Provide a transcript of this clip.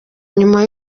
nyuma